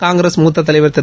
காங்கிரஸ் மூத்த தலைவர் திரு